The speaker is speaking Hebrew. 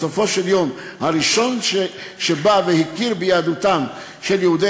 בסופו של דבר הראשון שבא והכיר ביהדותם של יהודי